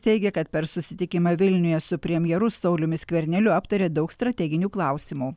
teigė kad per susitikimą vilniuje su premjeru sauliumi skverneliu aptarė daug strateginių klausimų